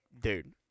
Dude